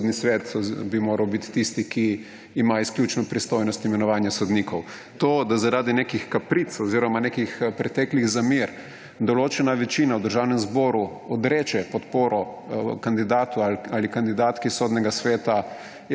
Sodni svet bi moral biti tisti, ki ima izključno pristojnost imenovanja sodnikov. To, da zaradi nekih kapric oziroma nekih preteklih zamer določena večina v Državnem zboru odreče podporo kandidatu ali kandidatki Sodnega sveta,